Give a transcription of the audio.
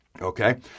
Okay